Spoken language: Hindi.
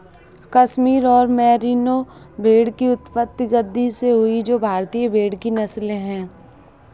कश्मीर और मेरिनो भेड़ की उत्पत्ति गद्दी से हुई जो भारतीय भेड़ की नस्लें है